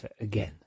again